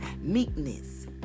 meekness